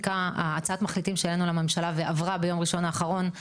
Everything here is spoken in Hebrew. הצעת המחליטים שהעלינו לממשלה ועברה ביום ראשון האחרון,